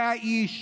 זה האיש,